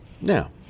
Now